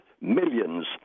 millions